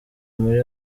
muri